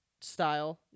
style